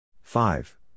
Five